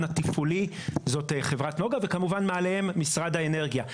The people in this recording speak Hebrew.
התפעולי זאת חברת נגה וכמובן מעליה משרד האנרגיה.